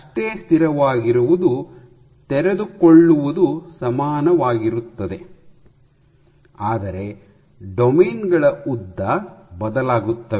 ಅಷ್ಟೇ ಸ್ಥಿರವಾಗಿರುವುದು ತೆರೆದುಕೊಳ್ಳುವುದು ಸಮಾನವಾಗಿರುತ್ತದೆ ಆದರೆ "ಡೊಮೇನ್ ಗಳ ಉದ್ದ" ಬದಲಾಗುತ್ತವೆ